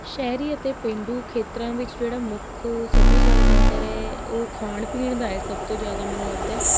ਸ਼ਹਿਰੀ ਅਤੇ ਪੇਂਡੂ ਖੇਤਰਾਂ ਵਿੱਚ ਜਿਹੜਾ ਮੁੱਖ ਸੱਭਿਆਚਾਰਕ ਅੰਤਰ ਹੈ ਉਹ ਖਾਣ ਪੀਣ ਦਾ ਹੈ ਸਭ ਤੋਂ ਜ਼ਿਆਦਾ ਮੈਨੂੰ ਲੱਗਦਾ